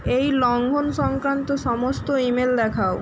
এই লঙ্ঘন সংক্রান্ত সমস্ত ইমেল দেখাও